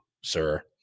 sir